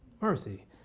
Mercy